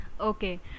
Okay